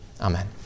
amen